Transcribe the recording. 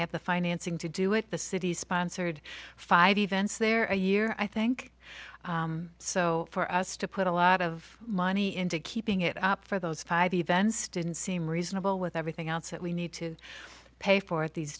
have the financing to do it the city sponsored five events there a year i think so for us to put a lot of money into keeping it up for those five events didn't seem reasonable with everything else that we need to pay for it these